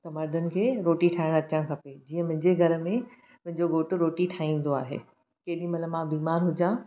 त मर्दनि खे रोटी ठाहिणु अचणु खपे जीअं मुंहिंजे घर में मुंहिंजो घोटु रोटी ठाहींदो आहे केॾी महिल मां बीमार हुजा